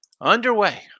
underway